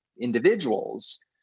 individuals